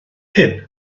hyn